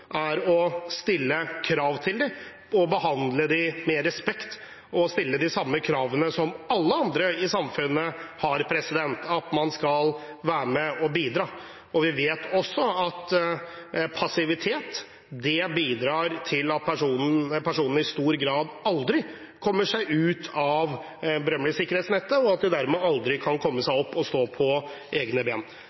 er å stille krav til dem – behandle dem med respekt og stille de samme kravene til dem som til alle andre i samfunnet, om at man skal være med og bidra. Vi vet også at passivitet bidrar til at personene i stor grad aldri kommer seg ut av det berømmelige sikkerhetsnettet, og at de dermed aldri kan komme seg opp og stå på egne ben.